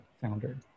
founder